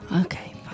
Okay